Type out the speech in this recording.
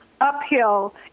uphill